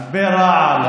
הרבה רעל,